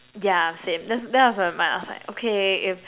yeah same that's that was uh my I was like okay if